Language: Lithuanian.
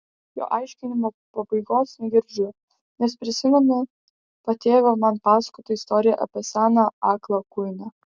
jo aiškinimo pabaigos negirdžiu nes prisimenu patėvio man pasakotą istoriją apie seną aklą kuiną